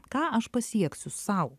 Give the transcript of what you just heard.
ką aš pasieksiu sau